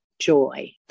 joy